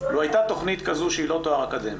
לו הייתה תכנית כזו שהיא לא תואר אקדמי,